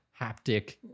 haptic